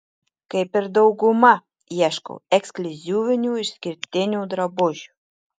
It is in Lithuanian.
kaip ir dauguma ieškau ekskliuzyvinių išskirtinių drabužių